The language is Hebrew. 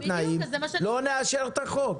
לא נאשר את החוק.